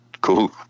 cool